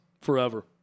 forever